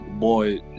boy